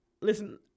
listen